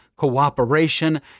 cooperation